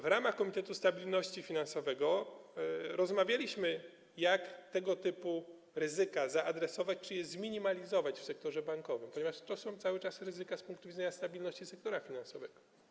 W ramach Komitetu Stabilności Finansowej rozmawialiśmy o tym, jak tego typu ryzyka zaadresować czy je zminimalizować w sektorze bankowym, ponieważ to są cały czas ryzyka z punktu widzenia stabilności sektora finansowego.